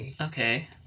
Okay